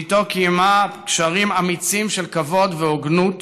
שאיתו קיימה קשרים אמיצים של כבוד והוגנות.